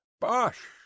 Bosh